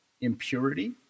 impurity